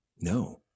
No